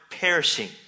perishing